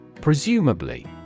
Presumably